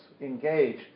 engage